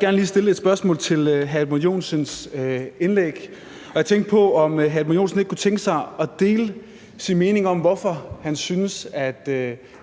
gerne lige stille et spørgsmål til hr. Edmund Joensens indlæg, og jeg tænkte på, om hr. Edmund Joensen ikke kunne tænke sig at dele sin mening om, hvorfor han synes,